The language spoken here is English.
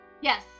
yes